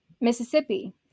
mississippi